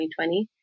2020